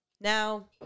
Now